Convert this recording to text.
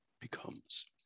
becomes